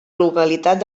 localitat